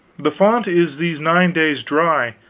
the fount is these nine days dry.